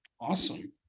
Awesome